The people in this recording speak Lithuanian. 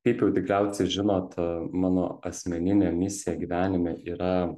kaip jau tikriausiai žinot mano asmeninė misija gyvenime yra